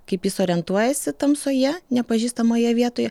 kaip jis orientuojasi tamsoje nepažįstamoje vietoje